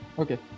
Okay